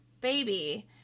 baby